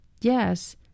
Yes